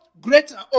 greater